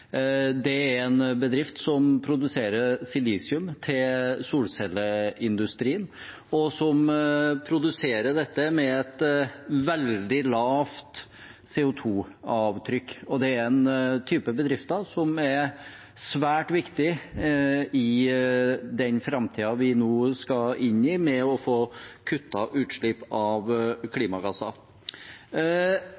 Det er en bedrift som produserer silisium til solcelleindustrien, og som produserer dette med et veldig lavt CO 2 -avtrykk. Det er en type bedrift som er svært viktig i den framtiden vi nå skal inn i, for å få kuttet utslipp av